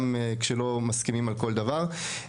גם כשלא מסכימים על כל דבר.